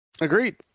Agreed